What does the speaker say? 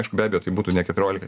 aišku be abejo tai būtų ne keturiolika